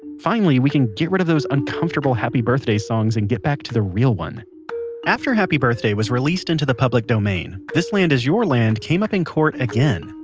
finally we can get rid of those uncomfortable happy birthday songs and get back to the real one after happy birthday was released into the public domain, this land is your land came up in court again.